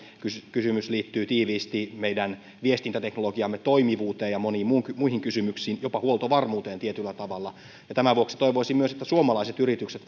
kysymys liittyy tiiviisti meidän viestintäteknologiamme toimivuuteen ja moniin muihin kysymyksiin jopa huoltovarmuuteen tietyllä tavalla ja tämän vuoksi toivoisin myös että suomalaiset yritykset